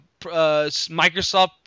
Microsoft